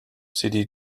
sidi